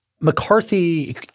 McCarthy